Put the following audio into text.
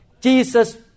Jesus